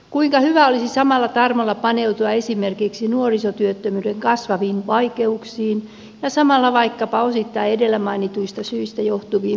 kuinka hyvä olisi samalla tarmolla paneutua esimerkiksi nuorisotyöttömyyden kasvaviin vaikeuksiin ja samalla vaikkapa osittain edellä mainituista syistä johtuviin mielenterveysongelmiin